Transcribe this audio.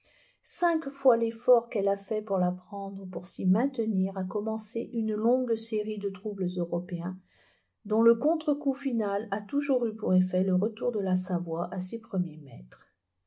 cinq fois l'effort qu'elle a fait pour la prendre ou pour s'y maintenir a commencé une longue série de troubles européens dont le contre-coup final a toujours eu pour effet le retour de la savoie à ses premiers maîtres